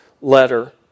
letter